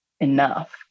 enough